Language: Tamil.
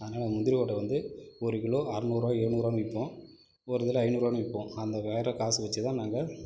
அதனால் முந்திரி கொட்டை வந்து ஒரு கிலோ அறநூறுபா எழுநூறுபான்னு விற்போம் ஒரு இதில் ஐநூறுபான்னு விற்போம் அந்த வேறு காசை வச்சு தான் நாங்கள்